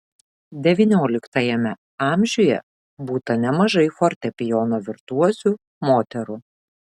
devynioliktajame amžiuje būta nemažai fortepijono virtuozių moterų